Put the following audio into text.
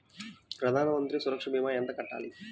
ప్రధాన మంత్రి సురక్ష భీమా ఎంత కట్టాలి?